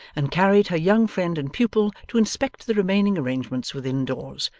and carried her young friend and pupil to inspect the remaining arrangements within doors,